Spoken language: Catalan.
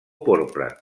porpra